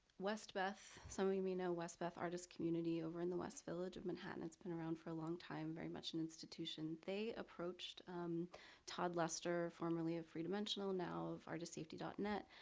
westbeth, some of you may know westbeth artist community over in the west village of manhattan. it's been around for a long time, very much an institution. they approached todd lester, formerly of freedimensional now of artistsafety net,